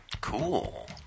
cool